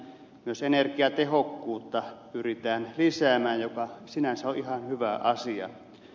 myös energiatehokkuutta pyritään lisäämään mikä sinänsä on ihan hyvä asia